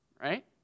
Right